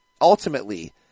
ultimately